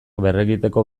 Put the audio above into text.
berregiteko